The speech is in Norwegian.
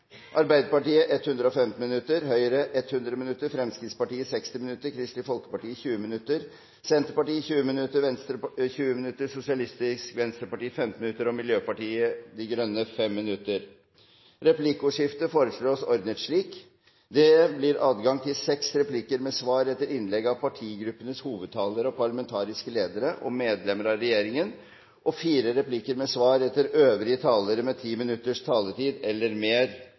Arbeiderpartiet 115 minutter, Høyre 100 minutter, Fremskrittspartiet 60 minutter, Kristelig Folkeparti 20 minutter, Senterpartiet 20 minutter, Venstre 20 minutter, Sosialistisk Venstreparti 15 minutter og Miljøpartiet De Grønne 5 minutter. Replikkordskiftene foreslås ordnet slik: Det blir adgang til seks replikker med svar etter innlegg av partigruppenes hovedtalere, parlamentariske ledere og medlemmer av regjeringen og fire replikker med svar etter øvrige talere med 10 minutters taletid eller mer